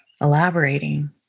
elaborating